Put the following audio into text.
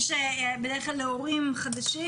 בדרך כלל עושים אותו להורים חדשים.